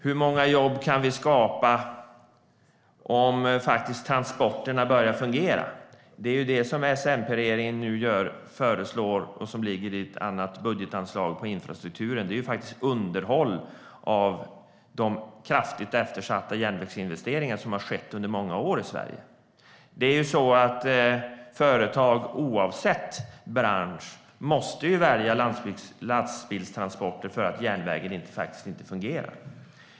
Hur många jobb kan vi skapa om transporterna börjar fungera? Det är det som S-MP-regeringen nu föreslår och som ligger i ett annat anslag inom infrastrukturen. Det är underhåll av de kraftigt eftersatta järnvägsinvesteringar som har varit under många år i Sverige. Företag måste oavsett bransch välja lastbilstransporter för att järnvägen inte fungerar.